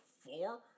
four